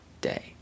day